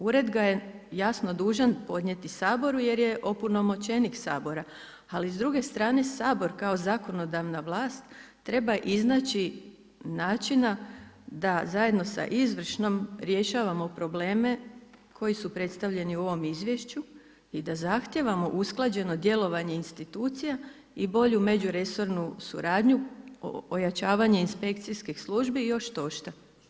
Ured ga je jasno dužan podnijeti Saboru jer je opunomoćenik Sabora ali s druge strane Sabor kao zakonodavna vlast treba iznaći načina da zajedno sa izvršnom rješavamo probleme koji su predstavljeni u ovom izvješću i da zahtijevamo usklađeno djelovanje institucija i bolju međuresornu suradnju, ojačavanje inspekcijskih službi i još štošta.